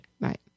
right